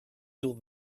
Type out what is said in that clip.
you